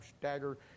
stagger